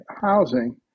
housing